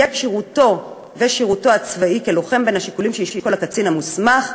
יהיו כשירותו ושירותו הצבאי כלוחם בין השיקולים שישקול הקצין המוסמך,